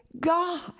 God